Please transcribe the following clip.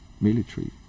military